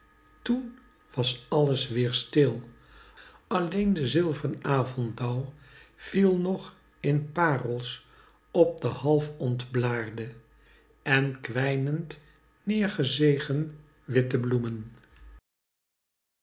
toen was alles weer stil alleen de zilvren avonddauw viel nog in paerels op de half ontblaerde en kwijnend neergezegen witte bloemen